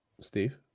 Steve